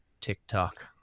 TikTok